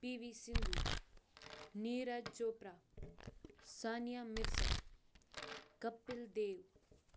P V Sindhu Neeraj Chopra Sania Mirza Kapil Dev